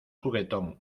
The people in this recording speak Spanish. juguetón